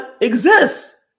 exists